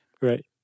Right